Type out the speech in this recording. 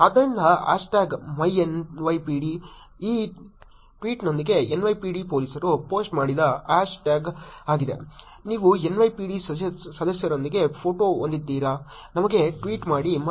ಆದ್ದರಿಂದ hash tag myNYPD ಈ ಟ್ವೀಟ್ನೊಂದಿಗೆ NYPD ಪೊಲೀಸರು ಪೋಸ್ಟ್ ಮಾಡಿದ ಹ್ಯಾಶ್ ಟ್ಯಾಗ್ ಆಗಿದೆ ನೀವು NYPD ಸದಸ್ಯರೊಂದಿಗೆ ಫೋಟೋ ಹೊಂದಿದ್ದೀರಾ ನಮಗೆ ಟ್ವೀಟ್ ಮಾಡಿ ಮತ್ತು ಅದನ್ನು myNYPD ಜೊತೆಗೆ ಟ್ಯಾಗ್ ಮಾಡಿ